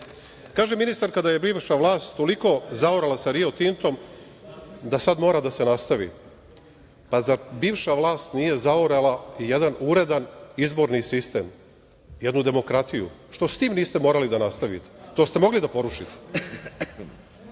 ministarka da je bivša vlast toliko zaorala sa Rio Tintom da sad mora da se nastavi. Pa, zar bivša vlast nije zaorala jedan uredan izborni sistem, jednu demokratiju, što s tim niste morali da nastavite? To ste mogli da porušite? Kaže